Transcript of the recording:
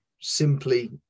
simply